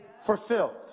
fulfilled